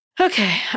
Okay